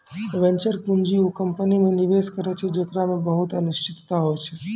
venture पूंजी उ company मे निवेश करै छै जेकरा मे बहुते अनिश्चिता होय छै